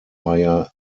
higher